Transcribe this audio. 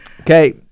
Okay